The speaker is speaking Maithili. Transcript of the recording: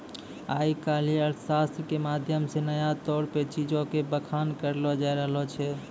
आइ काल्हि अर्थशास्त्रो के माध्यम से नया तौर पे चीजो के बखान करलो जाय रहलो छै